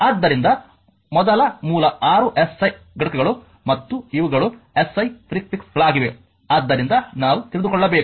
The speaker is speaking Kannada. ಆದ್ದರಿಂದ ಮೊದಲ ಮೂಲ 6 ಎಸ್ಐ ಘಟಕಗಳು ಮತ್ತು ಇವುಗಳು ಎಸ್ಐ ಪ್ರೆಫೀಸ್ ಗಳಾಗಿವೆ ಆದ್ದರಿಂದ ನಾವು ತಿಳಿದುಕೊಳ್ಳಬೇಕು